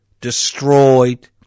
destroyed